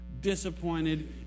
disappointed